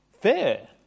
fair